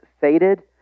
faded